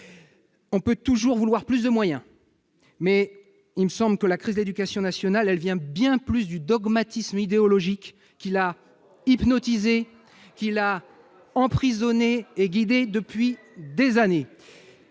On peut toujours vouloir plus de moyens, mais il me semble que la crise de l'éducation nationale vient bien plus du dogmatisme idéologique qui l'a hypnotisée, guidée et emprisonnée depuis des années.